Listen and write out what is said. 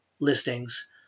listings